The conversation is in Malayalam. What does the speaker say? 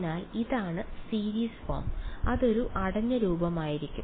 അതിനാൽ ഇതാണ് സീരീസ് ഫോം അതൊരു അടഞ്ഞ രൂപമായിരുന്നു